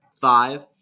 five